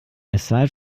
aside